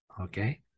Okay